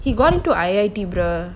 he gone to I_T_T bro